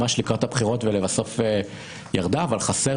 ממש לקראת הבחירות ולבסוף ירדה אבל חסר